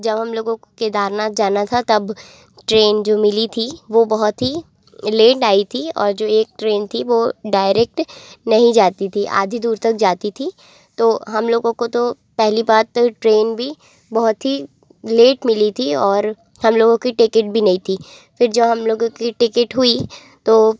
जब हम लोगों को केदारनाथ जाना था तब ट्रेन जो मिली थी वो बहुत ही लेट आई थी और जो एक ट्रेन थी वो डायरेक्ट नहीं जाती थी आधी दूर तक जाती थी तो हम लोगों को तो पहली बात तो ट्रेन भी बहुत ही लेट मिली थी और हम लोगों की टिकेट भी नहीं थी फिर जब हम लोगों की टिकेट हुई तो